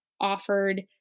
offered